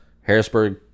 Harrisburg